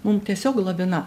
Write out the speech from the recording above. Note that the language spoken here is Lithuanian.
mum tiesiog lavina